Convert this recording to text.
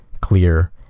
clear